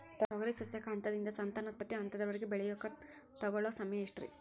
ತೊಗರಿ ಸಸ್ಯಕ ಹಂತದಿಂದ, ಸಂತಾನೋತ್ಪತ್ತಿ ಹಂತದವರೆಗ ಬೆಳೆಯಾಕ ತಗೊಳ್ಳೋ ಸಮಯ ಎಷ್ಟರೇ?